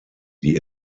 die